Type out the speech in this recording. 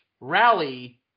rally